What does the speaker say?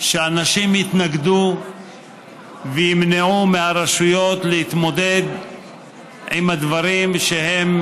שאנשים יתנגדו וימנעו מהרשויות להתמודד עם הדברים שהם